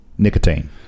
Nicotine